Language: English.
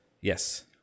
Yes